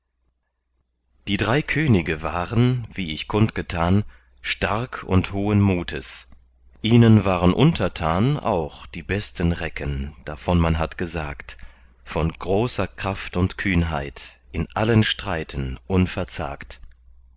die drei könige waren wie ich kund getan stark und hohen mutes ihnen waren untertan auch die besten recken davon man hat gesagt von großer kraft und kühnheit in allen streiten